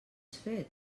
fet